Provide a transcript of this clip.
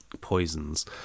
poisons